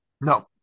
No